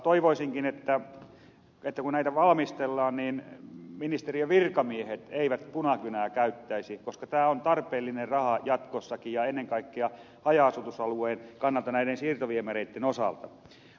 toivoisinkin että kun näitä valmistellaan niin ministeriön virkamiehet eivät punakynää käyttäisi koska tämä on tarpeellinen raha jatkossakin ja ennen kaikkea haja asutusalueen kannalta näiden siirtoviemäreitten osalta